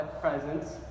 presents